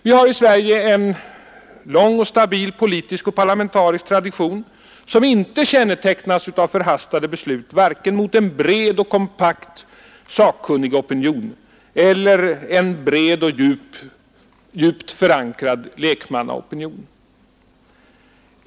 Vi har här i Sverige en lång och stabil politisk och parlamentarisk tradition, som inte kännetecknas av förhastade beslut vare sig mot en bred och kompakt sakkunnigopinion eller mot en bred och djupt förankrad lekmannaopinion.